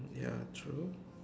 ya true